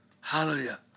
Hallelujah